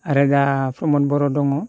आरो दा प्रमद बर' दङ